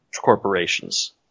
corporations